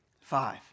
Five